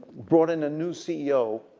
brought in a new ceo,